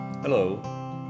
Hello